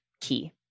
key